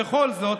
בכל זאת,